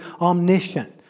omniscient